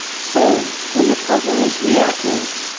so when your partner is reactive,